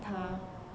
oh